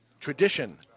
tradition